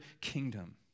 kingdom